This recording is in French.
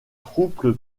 troupes